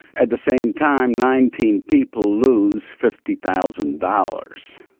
at the same time, nineteen people lose fifty thousand dollars,